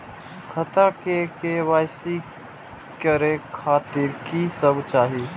खाता के के.वाई.सी करे खातिर की सब चाही?